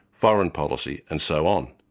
foreign policy and so on.